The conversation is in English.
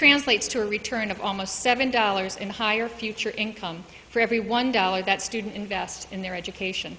translates to a return of almost seven dollars and higher future income for every one dollar that student invest in their education